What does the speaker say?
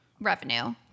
revenue